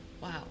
wow